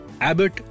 Abbott